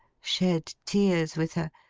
shed tears with her,